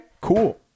cool